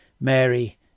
Mary